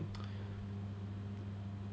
but